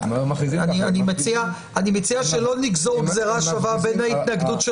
אני מציע שלא נגזור גזירה שווה בין ההתנגדות של